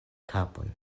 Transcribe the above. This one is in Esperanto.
kapon